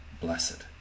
blessed